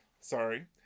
sorry